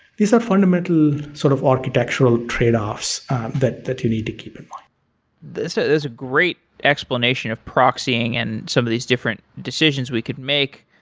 these are fundamental, sort of, architectural trade offs that that you need to keep in mind this is great explanation of proxying and some of these different decisions we could make.